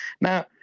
Now